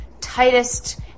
tightest